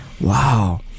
wow